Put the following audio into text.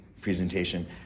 presentation